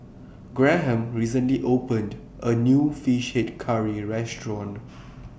Graham recently opened A New Fish Head Curry Restaurant